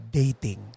dating